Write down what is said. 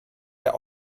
der